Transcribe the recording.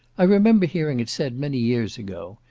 i remember hearing it said, many years ago,